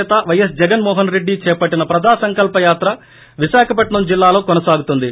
సేత వైఎస్ జగన్మాహన్రెడ్డి చేపట్టిన ప్రజాసంకల్పయాత్ర విశాఖపట్నం జిల్లాలో కొనసాగుతోంది